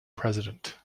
president